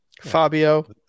Fabio